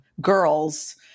girls